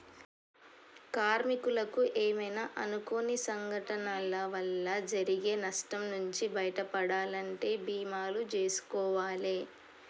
కార్మికులకు ఏమైనా అనుకోని సంఘటనల వల్ల జరిగే నష్టం నుంచి బయటపడాలంటే బీమాలు జేసుకోవాలే